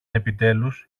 επιτέλους